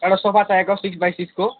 एउटा सोफा चाहिएको six by सिक्सको